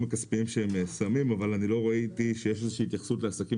הכספיים שהם שמים אבל אני לא ראיתי שיש איזושהי התייחסות לעסקים